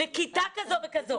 לכיתה כזו וכזו,